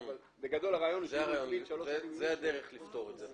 אבל בגדול הרעיון שאם הוא --- זו הדרך לפתור את זה,